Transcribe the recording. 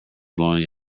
blowing